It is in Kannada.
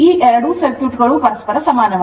ಈ ಎರಡೂ ಸರ್ಕ್ಯೂಟ್ಗಳು ಪರಸ್ಪರ ಸಮಾನವಾಗಿವೆ